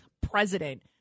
president